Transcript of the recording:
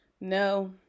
no